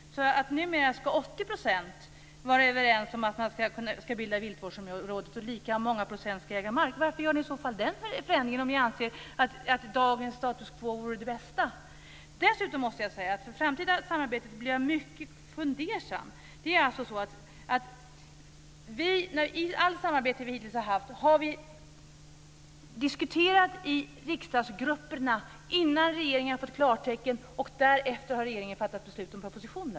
Numera ska 80 % vara överens om att man ska bilda viltvårdsområde, och lika många ska äga mark. Varför gör ni den förändringen om ni anser att dagens status quo vore det bästa? Dessutom måste jag säga att jag blir mycket fundersam inför det framtida samarbetet. I allt samarbete vi hittills har haft har vi diskuterat i riksdagsgrupperna innan regeringen har fått klartecken. Därefter har regeringen fattat beslut om propositioner.